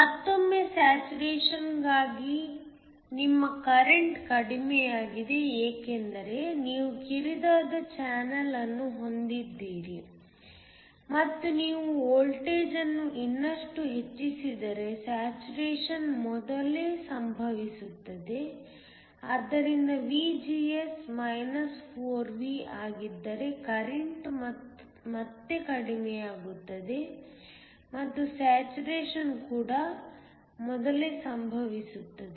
ಮತ್ತೊಮ್ಮೆ ಸ್ಯಾಚುರೇಶನ್ಗಾಗಿ ನಿಮ್ಮ ಕರೆಂಟ್ ಕಡಿಮೆಯಾಗಿದೆ ಏಕೆಂದರೆ ನೀವು ಕಿರಿದಾದ ಚಾನಲ್ ಅನ್ನು ಹೊಂದಿದ್ದೀರಿ ಮತ್ತು ನೀವು ವೋಲ್ಟೇಜ್ ಅನ್ನು ಇನ್ನಷ್ಟು ಹೆಚ್ಚಿಸಿದರೆ ಸ್ಯಾಚುರೇಶನ್ ಮೊದಲೇ ಸಂಭವಿಸುತ್ತದೆ ಆದ್ದರಿಂದ VGS 4V ಆಗಿದ್ದರೆ ಕರೆಂಟ್ ಮತ್ತೆ ಕಡಿಮೆಯಾಗುತ್ತದೆ ಮತ್ತು ಸ್ಯಾಚುರೇಶನ್ ಕೂಡ ಮೊದಲೇ ಸಂಭವಿಸುತ್ತದೆ